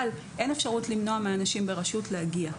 אבל אין אפשרות למנוע מאנשים ברשות להגיע.